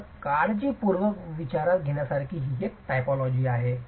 तर काळजीपूर्वक विचारात घेण्याकरिता हे एक टायपोलॉजी आहे